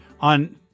on